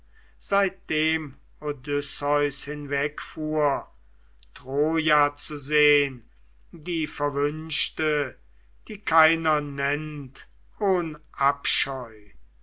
seitdem odysseus hinwegfuhr troja zu sehn die verwünschte die keiner nennet ohn abscheu